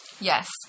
Yes